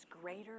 greater